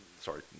sorry